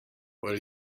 what